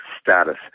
status